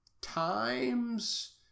Times